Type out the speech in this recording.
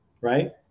right